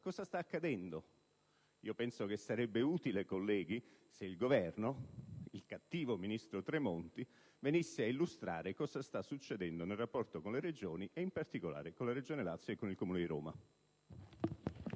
Cosa sta accadendo? Io penso che sarebbe utile, colleghi, se il Governo, se il cattivo ministro Tremonti venisse a spiegare cosa sta succedendo nel rapporto con le Regioni ed in particolare con la Regione Lazio e il Comune di Roma.